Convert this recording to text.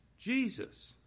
Jesus